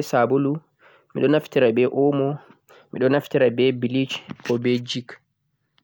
miɗo naftira be sabulu, omo, blech be jig